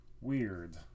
weird